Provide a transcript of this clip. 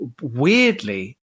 weirdly